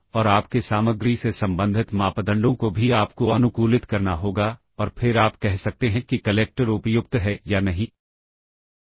तो यह RET statement गलत इनफार्मेशन उठा लेगा स्टैक के ऊपर से और प्रोग्राम फेल हो जाएगा और इसीलिए लूप के अंदर पुश या पॉप करना सही नहीं है